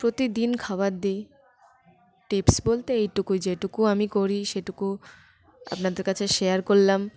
প্রতিদিন খাবার দিই টিপস বলতে এইটুকুই যেটুকু আমি করি সেটুকু আপনাদের কাছে শেয়ার করলাম